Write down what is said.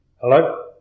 Hello